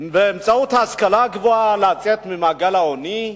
ובאמצעות ההשכלה הגבוהה לצאת ממעגל העוני,